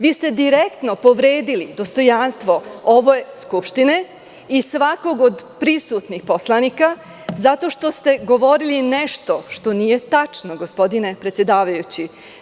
Vi ste direktno povredili dostojanstvo ove skupštine i svakog od prisutnih poslanika, zato što ste govorili nešto što nije tačno gospodine predsedavajući.